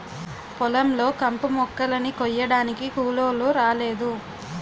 పొలం లో కంపుమొక్కలని కొయ్యడానికి కూలోలు రాలేదు